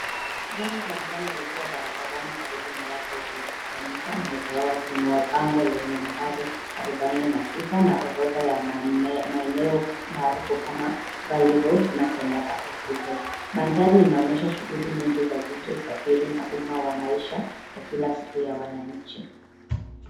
Gari la njano likiwa barabarani karibu na watu waliokusanyika, mmoja wao akiinua bango lenye nambari arobaini na sita na orodha ya maeneo maarufu kama Valley Road na Kenyatta Hospital. Mandhari inaonyesha shughuli nyingi za jiji na usafiri wa umma na maisha ya kila siku ya wananchi.